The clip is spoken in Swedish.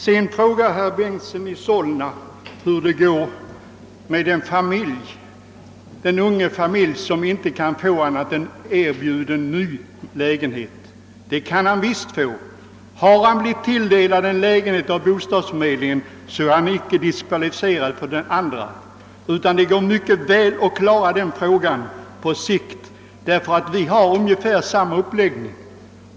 Sedan frågade herr Bengtson i Solna, hur det går med den unga familj som inte kan få annat än en ny lägenhet. Men om familjen har blivit tilldelad en ny lägenhet av bostadsförmedlingen, blir den inte därmed diskvalificerad för andra lägenheter. Det går mycket bra att ordna den saken på sikt.